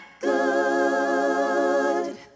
Good